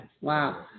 wow